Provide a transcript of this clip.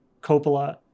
Coppola